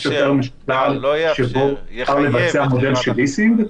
שוק יותר משוכלל שבו אפשר לבצע מודל של ליסינג.